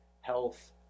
health